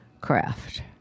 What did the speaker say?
craft